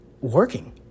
working